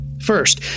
First